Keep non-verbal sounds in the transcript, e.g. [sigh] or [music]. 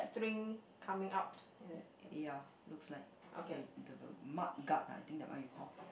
[noise] ya looks like the the mug guard ah I think that one you call